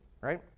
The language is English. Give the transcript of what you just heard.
right